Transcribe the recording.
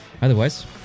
Otherwise